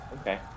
Okay